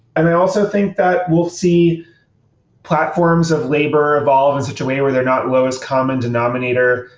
and i also think that we'll see platforms of labor evolve in such a way where they're not lowest-common-denominator,